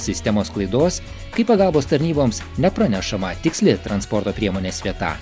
sistemos klaidos kai pagalbos tarnyboms nepranešama tiksli transporto priemonės vieta